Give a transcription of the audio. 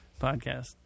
podcast